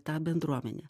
ta bendruomenė